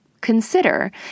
Consider